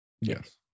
Yes